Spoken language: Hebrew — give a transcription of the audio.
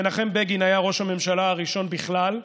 מנחם בגין היה ראש הממשלה הראשון בכלל,